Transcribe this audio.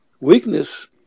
Weakness